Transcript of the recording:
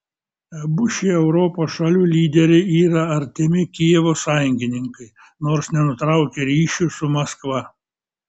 abu šie europos šalių lyderiai yra artimi kijevo sąjungininkai nors nenutraukia ryšių su maskva